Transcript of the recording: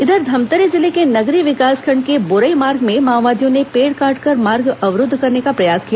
इधर धमतरी जिले के नगरी विकासखंड के बोरई मार्ग में माओवादियों ने पेड़ काटकर मार्ग अवरूद्व करने का प्रयास किया